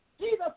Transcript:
Jesus